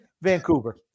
Vancouver